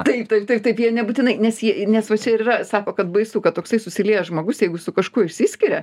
taip taip taip taip jie nebūtinai nes nes va čia ir yra sako kad baisu kad toksai susiliejęs žmogus jeigu su kažkuo išsiskiria